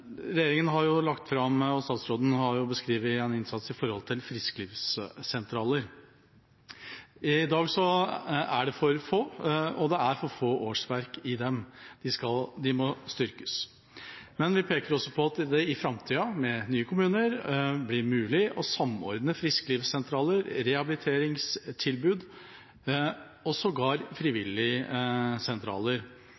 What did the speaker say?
Regjeringen har lagt fram – og statsråden har beskrevet – en innsats i forhold til frisklivssentraler. I dag er det for få, og det er for få årsverk i dem. De må styrkes. Men vi peker også på at det i framtida, med nye kommuner, blir mulig å samordne frisklivssentraler, rehabiliteringstilbud og sågar